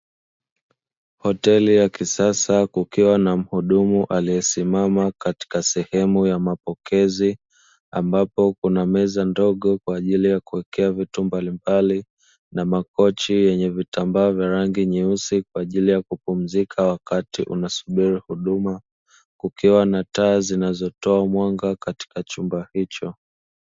Hoteli ya kisasa kukiwa na mhudumu aliyesimama katika sehemu ya mapokezi, ambapo kuna meza ndogo kwa ajili ya kuwekea vitu mbalimbali na makochi yenye vitambaa vya rangi nyeusi kwa ajili ya kupumzika wakati unasubiri huduma, kukiwa na taa zinazotoa mwanga katika chumba hicho.